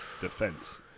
Defense